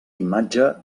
imatge